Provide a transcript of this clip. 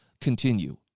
continue